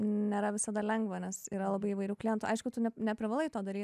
nėra visada lengva nes yra labai įvairių klientų aišku tu ne neprivalai to daryt